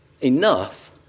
enough